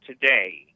today